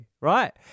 right